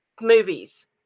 movies